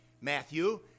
Matthew